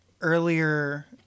earlier